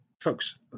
folks